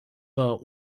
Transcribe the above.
war